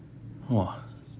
!wah!